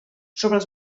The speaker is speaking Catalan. sobre